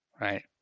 right